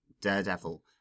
Daredevil